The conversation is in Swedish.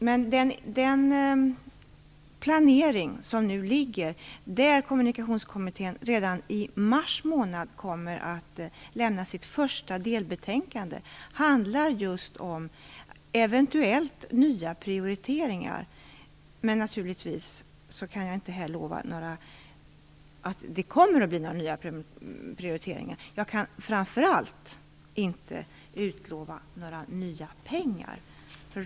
Men den planering som nu ligger, där Kommunikationskommittén redan i mars månad kommer att lämna sitt första delbetänkande, handlar just om eventuellt nya prioriteringar. Men jag kan naturligtvis inte lova att det kommer att bli några nya prioriteringar, och framför allt kan jag inte utlova några nya pengar.